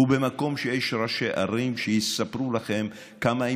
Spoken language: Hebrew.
ובמקום שיש ראשי ערים שיספרו לכם כמה הם